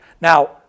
Now